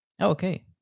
okay